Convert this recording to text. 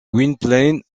gwynplaine